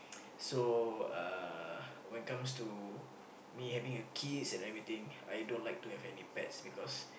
so uh when it comes to me having a kids and everything I don't like to have any pets because